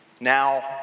Now